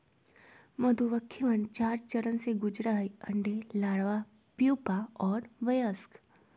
मधुमक्खिवन चार चरण से गुजरा हई अंडे, लार्वा, प्यूपा और वयस्क